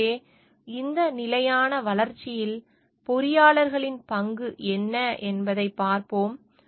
எனவே இந்த நிலையான வளர்ச்சியில் பொறியாளர்களின் பங்கு என்ன என்பதைப் பார்ப்போம்